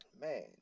Man